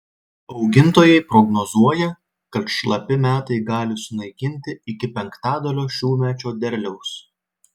augintojai prognozuoja kad šlapi metai gali sunaikinti iki penktadalio šiųmečio derliaus